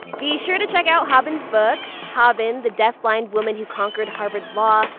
be sure to check out haben's book, haben the deafblind woman who conquered harvard law,